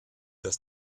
dass